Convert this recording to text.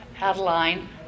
Adeline